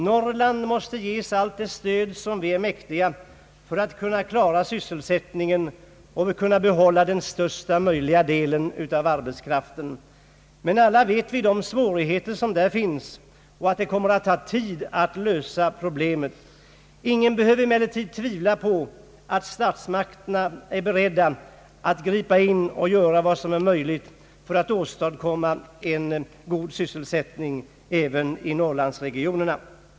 Norrland måste ges allt det stöd som vi är mäktiga för att kunna klara sysselsättningen och behålla största möjliga del av arbetskraften. Vi känner alla till de svårigheter som finns där, och att det kommer att ta tid att lösa detta problem. Ingen behöver emellertid tvivla på att statsmakterna är beredda att gripa in och göra vad som är möjligt för att åstadkomma en god sysselsättning även inom Norrlandsregionerna.